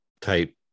type